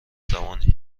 زمانی